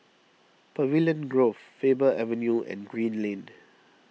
Pavilion Grove Faber Avenue and Green Lane